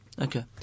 Okay